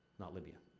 not libya.